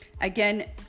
Again